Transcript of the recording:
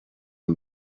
ibi